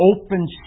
open